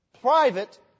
private